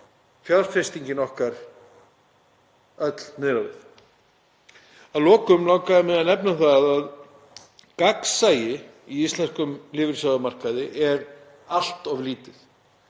fjárfesting niður á við. Að lokum langaði mig að nefna það að gagnsæi á íslenskum lífeyrissjóðamarkaði er allt of lítið.